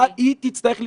היא תצטרך להשתפר.